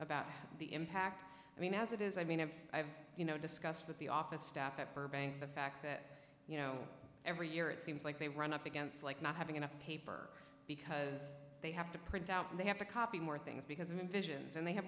about the impact i mean as it is i mean and i've discussed with the office staff at burbank the fact that you know every year it seems like they run up against like not having enough paper because they have to print out they have to copy more things because i'm in visions and they have